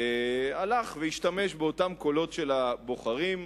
הלך והשתמש באותם קולות של הבוחרים,